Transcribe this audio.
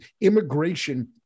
immigration